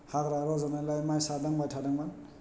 हाग्रा रज'नायलाय मायसा दांबाय थादोंमोन